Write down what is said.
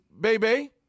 baby